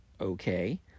okay